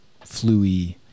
flu-y